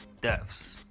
deaths